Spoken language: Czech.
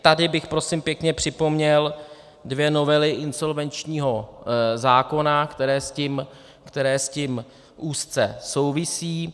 Tady bych prosím pěkně připomněl dvě novely insolvenčního zákona, které s tím úzce souvisí.